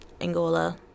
angola